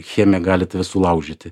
chemija gali tave sulaužyti